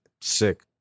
Sick